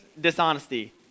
dishonesty